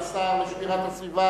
תודה רבה לשר לשמירת הסביבה,